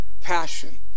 Passion